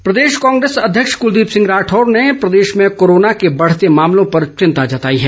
राठौर प्रदेश कांग्रेस अध्यक्ष कृलदीप राठौर ने प्रदेश में कोरोना के बढ़ते मामलों पर चिंता जताई है